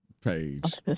page